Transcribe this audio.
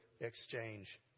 exchange